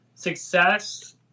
Success